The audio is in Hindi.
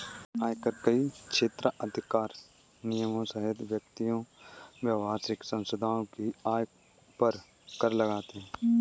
आयकर कई क्षेत्राधिकार निगमों सहित व्यक्तियों, व्यावसायिक संस्थाओं की आय पर कर लगाते हैं